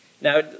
Now